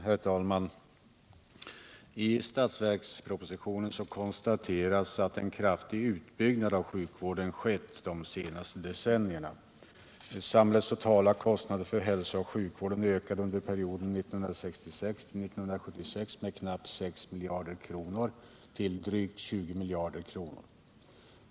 Herr talman! I budgetpropositionen konstateras att en kraftig utbyggnad av sjukvården skett de senaste decennierna. Samhällets totala kostnader för hälsooch sjukvården ökade under perioden 1966-1976 med knappt 6 miljarder kronor till drygt 20 miljarder.